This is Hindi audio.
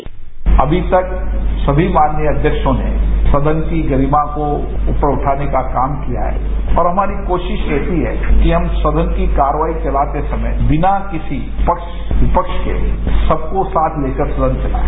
साउंड बाईट अमी तक समी माननीय अध्यक्षों ने सदन की गरिमा को ऊपर उठाने का काम किया है और हमारी कोशिश रहती है कि हम सदन की कार्रवाई चलाते समय बिना किसी पक्ष विपक्ष के सबको साथ लेकर सदन चलाए